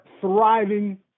thriving